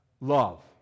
love